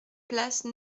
place